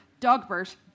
Dogbert